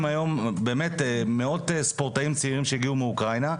מאות ספורטאים צעירים שהגיעו מאוקראינה.